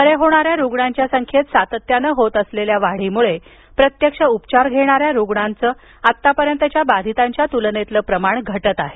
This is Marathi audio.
बरे होणाऱ्या रुग्णांच्या संख्येत सातत्यानं होत असलेल्या वाढीमुळे प्रत्यक्ष उपचार घेणाऱ्या रुग्णांचं आतापर्यंतच्या बाधितांच्या तुलनेतलं प्रमाण घटत आहे